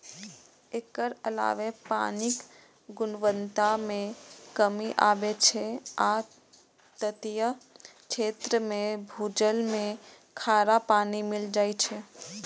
एकर अलावे पानिक गुणवत्ता मे कमी आबै छै आ तटीय क्षेत्र मे भूजल मे खारा पानि मिल जाए छै